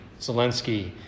Zelensky